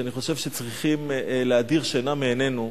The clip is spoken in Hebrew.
שאני חושב שצריכים להדיר שינה מעינינו,